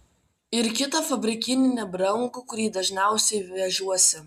ir kitą fabrikinį nebrangų kurį dažniausiai vežuosi